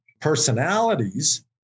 personalities